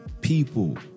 people